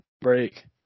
break